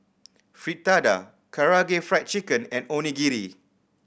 Fritada Karaage Fried Chicken and Onigiri